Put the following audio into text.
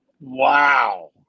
wow